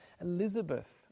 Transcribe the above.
Elizabeth